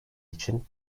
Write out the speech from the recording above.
için